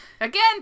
again